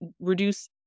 reduce